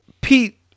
Pete